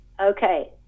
Okay